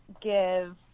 give